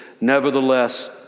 nevertheless